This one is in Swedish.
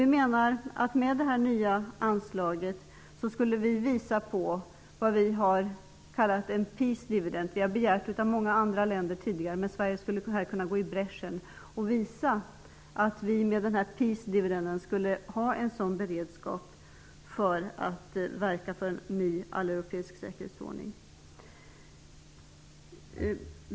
Med det nya anslaget skulle vi visa på vad vi har kallat för peace dividend. Vi har begärt det av många andra länder tidigare, men Sverige skulle här kunna gå i bräschen och visa att vi med peace dividend skulle ha en beredskap för att verka för en ny alleuropeisk säkerhetsordning.